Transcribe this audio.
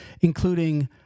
including